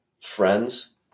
friends